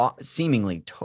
seemingly